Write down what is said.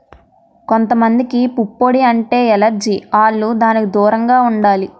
కొంత మందికి పుప్పొడి అంటే ఎలెర్జి ఆల్లు దానికి దూరంగా ఉండాలి